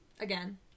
Again